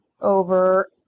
over